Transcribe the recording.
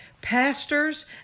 pastors